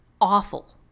awful